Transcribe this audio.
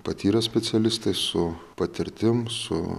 patyrę specialistai su patirtim su